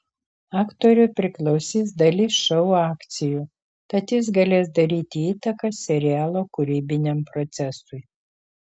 aktoriui priklausys dalis šou akcijų tad jis galės daryti įtaką serialo kūrybiniam procesui